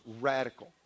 radical